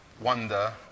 wonder